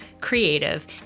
creative